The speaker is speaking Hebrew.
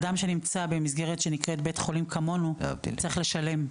אדם שנמצא במסגרת שנקראת "בית חולים כמונו" צריך לשלם.